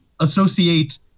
associate